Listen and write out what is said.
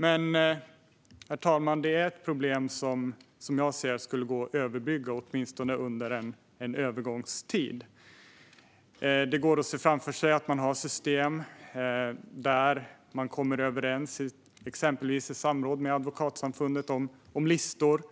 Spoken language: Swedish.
Men, herr talman, det är ett problem som enligt mig skulle kunna överbryggas, åtminstone under en övergångstid. Det går att se framför sig system där vi kommer överens, i samråd med exempelvis Advokatsamfundet, om listor.